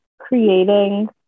creating